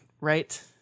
right